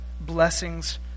blessings